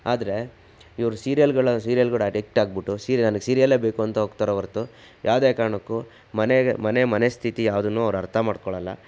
ಆದರೆ ಇವರ ಸೀರಿಯಲ್ಗಳ ಸೀರಿಯಲ್ಗಳಿಗೆ ಅಡಿಕ್ಟಾಗ್ಬಿಟ್ಟು ಸೀರ್ಯನ್ ನನಗೆ ಸೀರಿಯಲ್ಲೇ ಬೇಕು ಅಂತ ಹೋಗ್ತಾರೆ ಹೊರತು ಯಾವುದೇ ಕಾರಣಕ್ಕೂ ಮನೆಗೆ ಮನೆ ಮನಸ್ಥಿತಿ ಯಾವುದನ್ನೂ ಅವರು ಅರ್ಥ ಮಾಡ್ಕೋಳಲ್ಲ